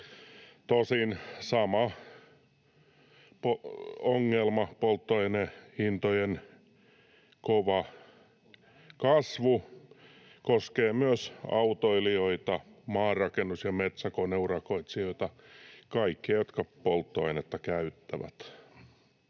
Tosin sama ongelma, polttoainehintojen kova kasvu, koskee myös autoilijoita, maanrakennus‑ ja metsäkoneurakoitsijoita, kaikkia, jotka polttoainetta käyttävät.